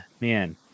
man